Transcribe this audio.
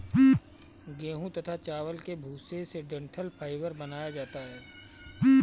गेहूं तथा चावल के भूसे से डठंल फाइबर बनाया जाता है